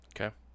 Okay